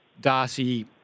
Darcy